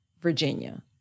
Virginia